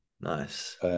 Nice